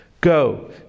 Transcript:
Go